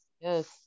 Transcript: Yes